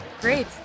Great